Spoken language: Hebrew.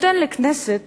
נותן לכנסת